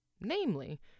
Namely